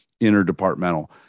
interdepartmental